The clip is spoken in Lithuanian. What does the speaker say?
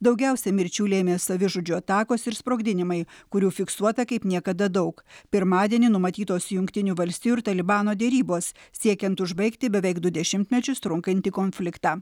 daugiausiai mirčių lėmė savižudžių atakos ir sprogdinimai kurių fiksuota kaip niekada daug pirmadienį numatytos jungtinių valstijų ir talibano derybos siekiant užbaigti beveik du dešimtmečius trunkantį konfliktą